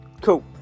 Cool